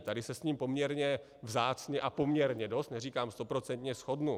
Tady se s ním poměrně vzácně a poměrně dost, neříkám stoprocentně, shodnu.